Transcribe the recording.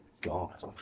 God